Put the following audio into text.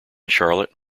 charlotte